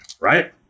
right